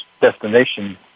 destination